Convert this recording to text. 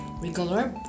Regular